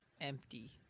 empty